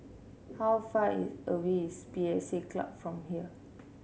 how far away is P S A Club from here